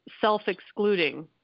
self-excluding